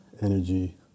energy